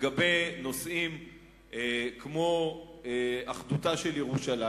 לגבי נושאים כמו אחדותה של ירושלים.